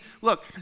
look